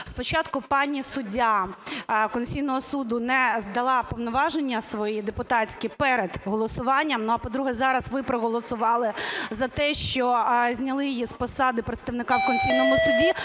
Спочатку пані суддя Конституційного Суду не здала повноваження свої депутатські перед голосуванням. А, по-друге, зараз ви проголосували за те, що зняли її з посади представника в Конституційному Суді,